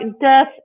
death